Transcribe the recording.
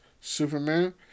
Superman